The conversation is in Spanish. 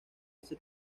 ese